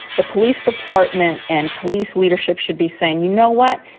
the police department and police leadership should be saying, you know what,